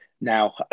now